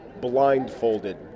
blindfolded